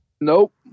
Nope